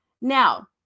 Now